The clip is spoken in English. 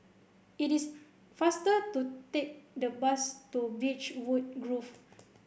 it is faster to take the bus to Beechwood Grove